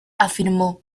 afirmó